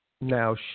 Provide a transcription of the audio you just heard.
Now